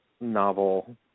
novel